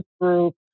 Group